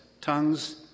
tongues